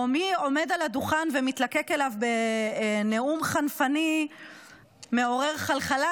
או מי עומד על הדוכן ומתלקק אליו בנאום חנפני מעורר חלחלה,